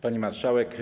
Pani Marszałek!